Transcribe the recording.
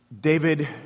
David